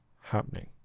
happening